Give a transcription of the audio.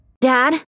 Dad